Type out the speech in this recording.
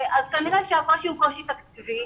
אז כנראה שהקושי הוא קושי תקציבי,